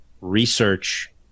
research